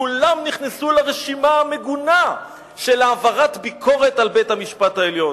כולם נכנסו לרשימה המגונה של העברת ביקורת על בית-המשפט העליון.